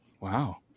Wow